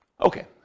Okay